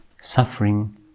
suffering